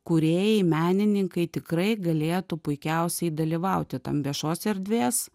kūrėjai menininkai tikrai galėtų puikiausiai dalyvauti tam viešos erdvės